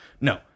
no